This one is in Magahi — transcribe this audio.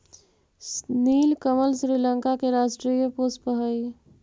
नीलकमल श्रीलंका के राष्ट्रीय पुष्प हइ